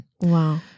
Wow